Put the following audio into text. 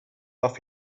off